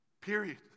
Period